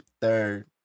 Third